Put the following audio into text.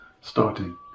starting